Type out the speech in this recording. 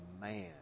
man